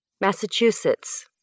Massachusetts